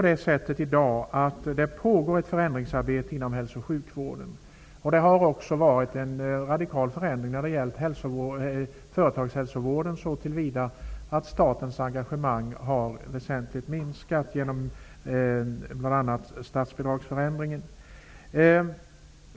I dag pågår ett förändringsarbete inom hälso och sjukvården. Det har också skett en radikal förändring när det gäller företagshälsovården, så till vida att statens engagemang har väsentligt minskat genom bl.a. statsbidragsförändringen.